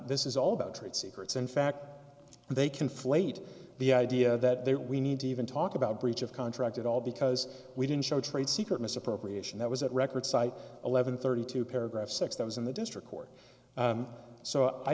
this is all about trade secrets in fact they conflate the idea that there we need to even talk about breach of contract at all because we didn't show a trade secret misappropriation that was at record site eleven thirty two paragraph six that was in the district court so i